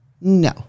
No